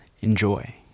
Enjoy